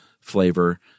flavor